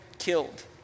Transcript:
killed